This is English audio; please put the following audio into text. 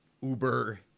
uber